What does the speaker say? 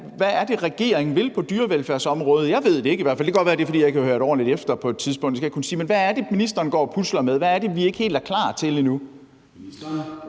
hvad er det, regeringen vil på dyrevelfærdsområdet? Jeg ved det i hvert fald ikke. Det kan godt være, det er, fordi jeg ikke har hørt ordentligt efter – det skal jeg ikke kunne sige. Men hvad er det, ministeren går og pusler med? Hvad er det, vi ikke er helt klar til endnu?